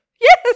Yes